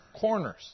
corners